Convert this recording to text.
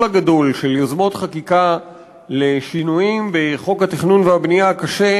הגדול של יוזמות לשינויים בחוק התכנון והבנייה קשה